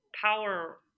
power